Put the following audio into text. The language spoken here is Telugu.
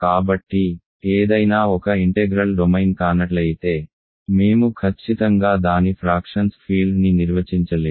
కాబట్టి ఏదైనా ఒక ఇంటెగ్రల్ డొమైన్ కానట్లయితే మేము ఖచ్చితంగా దాని ఫ్రాక్షన్స్ ఫీల్డ్ని నిర్వచించలేము